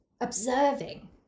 observing